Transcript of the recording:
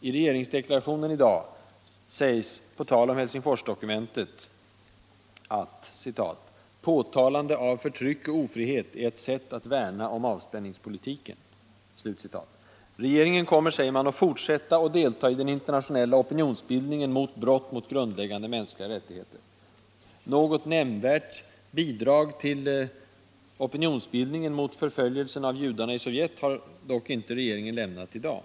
I regeringsdeklarationen i dag sägs på tal om Helsingforsdokumentet att ”påtalande av förtryck och ofrihet är ett sätt att värna om avspänningspolitiken”. Regeringen kommer, säger man, att fortsätta att delta i den internationella opinionsbildningen gentemot brott mot grundläggande mänskliga rättigheter. Något nämnvärt bidrag till opinionsbildningen mot förföljelserna av judarna i Sovjet har dock inte regeringen lämnat i dag.